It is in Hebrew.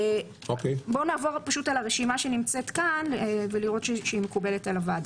בואו נעבור על הרשימה שנמצאת כאן ונראה שהיא מקובלת על הוועדה.